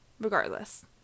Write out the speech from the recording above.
Regardless